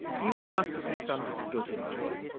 you must have misunderstood him, boy.